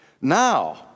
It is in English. Now